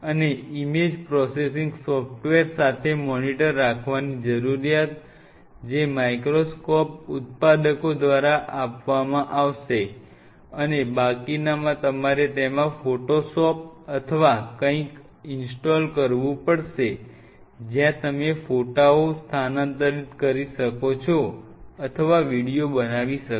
અને image processing software સાથે monitor રાખવાની જરૂરિયાત જે માઇક્રોસ્કોપ ઉત્પાદકો દ્વારા આપવામાં આવશે અને બાકીનામાં તમારે તેમાં ફોટોશોપ અથવા કંઈક ઇન્સ્ટોલ કરવું પડશે જ્યાં તમે ફોટાઓ સ્થાનાંતરિત કરી શકો છો અથવા વિડિયો બનાવી શકો